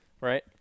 right